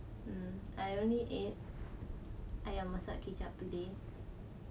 mm I only ate ayam masak kicap today